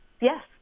yes